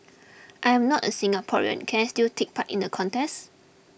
I am not a Singaporean can I still take part in the contest